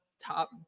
top